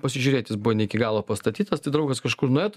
pasižiūrėti jis buvo ne iki galo pastatytas tai draugas kažkur nuejo